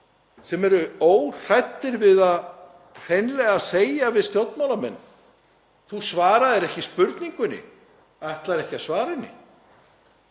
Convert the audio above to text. sem eru óhræddir við að segja hreinlega við stjórnmálamenn: Þú svaraðir ekki spurningunni, ætlar þú ekki að svara henni?